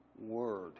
word